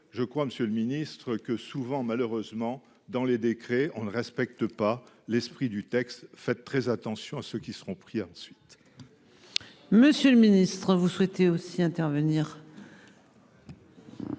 je crois Monsieur le Ministre, que souvent malheureusement dans les décrets, on ne respecte pas l'esprit du texte fait très attention à ce qu'ils seront pris ensuite. Monsieur le ministre vous souhaitez aussi intervenir.